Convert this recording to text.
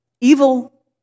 Evil